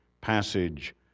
passage